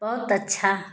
बहुत अच्छा